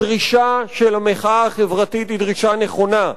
הדרישה של המחאה החברתית היא דרישה נכונה,